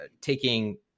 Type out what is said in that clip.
taking